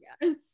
Yes